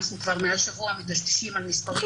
אנחנו כבר מהשבוע מדשדשים על מספרים